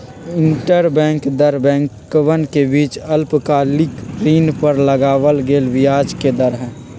interbank दर बैंकवन के बीच अल्पकालिक ऋण पर लगावल गेलय ब्याज के दर हई